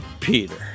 Peter